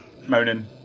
moaning